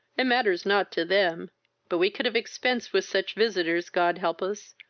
it matters not to them but we could have expenced with such visitors, god help us!